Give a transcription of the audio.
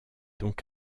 donc